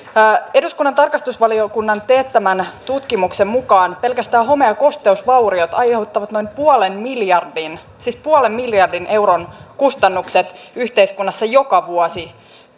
eduskunnan tarkastusvaliokunnan teettämän tutkimuksen mukaan pelkästään home ja kosteusvauriot aiheuttavat noin puolen miljardin siis puolen miljardin euron kustannukset yhteiskunnassa joka vuosi